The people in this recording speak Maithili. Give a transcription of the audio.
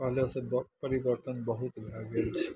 पहिले सँ परिवर्तन बहुत भए गेल छै